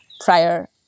prior